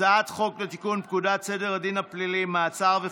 הצעת חוק לתיקון פקודת סדר הדין הפלילי (מעצר וחיפוש)